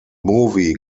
movie